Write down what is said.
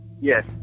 Yes